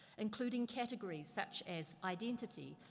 including categories such as identity,